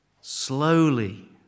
slowly